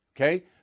okay